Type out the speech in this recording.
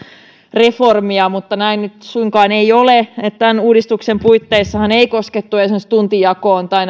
reformia mutta näin nyt suinkaan ei ole tämän uudistuksen puitteissahan ei koskettu esimerkiksi tuntijakoon tai